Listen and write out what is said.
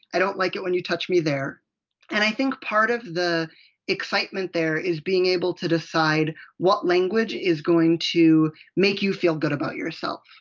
i don't like it when you touch me there! plus and i think part of the excitement there is being able to decide what language is going to make you feel good about yourself.